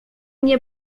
nie